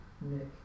Nick